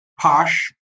Posh